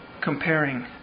Comparing